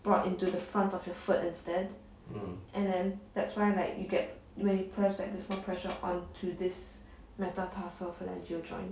brought into the front of your foot instead and then that's why like you get when you press like there's more pressure onto this metatarsophalangeal joint